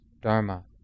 dharma